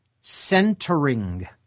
centering